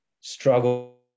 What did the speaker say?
struggle